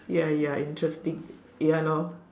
ya ya interesting ya lor